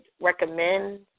recommend